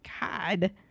God